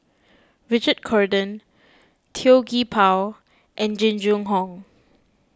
Richard Corridon Tan Gee Paw and Jing Jun Hong